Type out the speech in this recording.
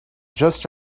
just